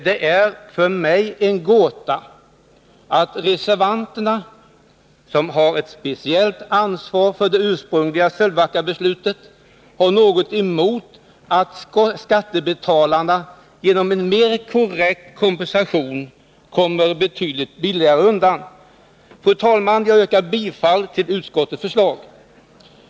Det är för mig en gåta att reservanterna, som har ett speciellt ansvar för det ursprungliga Sölvbackabeslutet, har något emot att skattebetalarna genom en mer korrekt kompensation kommer betydligt billigare undan. Fru talman! Jag yrkar bifall till utskottets förslag.